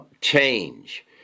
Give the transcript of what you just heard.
change